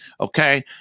Okay